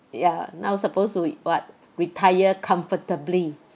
yeah now supposed to what retire comfortably